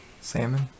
Salmon